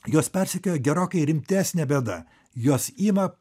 juos persekioja gerokai rimtesnė bėda juos ima